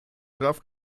straff